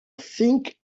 think